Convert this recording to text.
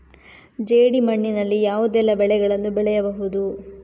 ಜೇಡಿ ಮಣ್ಣಿನಲ್ಲಿ ಯಾವುದೆಲ್ಲ ಬೆಳೆಗಳನ್ನು ಬೆಳೆಯಬಹುದು?